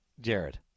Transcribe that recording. Jared